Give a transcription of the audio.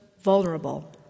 vulnerable